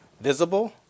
visible